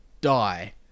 die